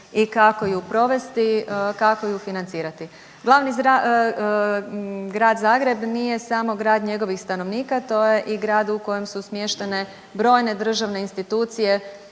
i kako ju provesti, kako ju financirati. Glavni Grad Zagreb nije samo grad njegovih stanovnika. To je i grad u kojem su smještene brojne državne institucije